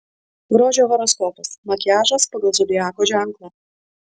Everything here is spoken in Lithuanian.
grožio horoskopas makiažas pagal zodiako ženklą